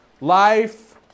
Life